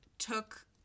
took